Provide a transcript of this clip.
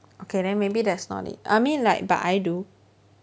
okay then maybe that's not it I mean like but I do